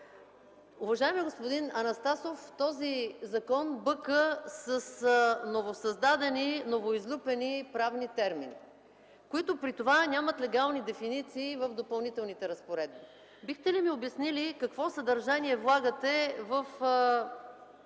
Уважаеми господин Анастасов, този закон бъка с новосъздадени, новоизлюпени правни термини, които при това нямат легални дефиниции в Допълнителните разпоредби. Бихте ли ми обяснили какво съдържание влагате в